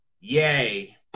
Yay